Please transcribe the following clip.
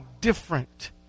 different